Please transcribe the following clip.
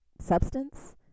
substance